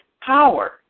power